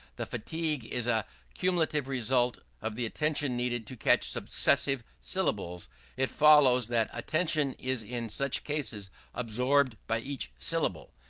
the fatigue is a cumulative result of the attention needed to catch successive syllables it follows that attention is in such cases absorbed by each syllable.